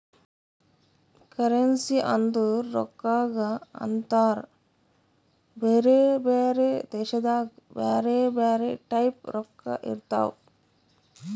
currency ಅಂದುರ್ ರೊಕ್ಕಾಗ ಅಂತಾರ್ ಬ್ಯಾರೆ ಬ್ಯಾರೆ ದೇಶದಾಗ್ ಬ್ಯಾರೆ ಬ್ಯಾರೆ ಟೈಪ್ ರೊಕ್ಕಾ ಇರ್ತಾವ್